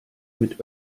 mit